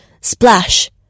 Splash